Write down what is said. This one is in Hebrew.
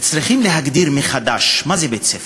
צריכים להגדיר מחדש מה זה בית-ספר,